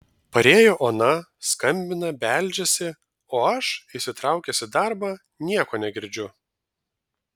parėjo ona skambina beldžiasi o aš įsitraukęs į darbą nieko negirdžiu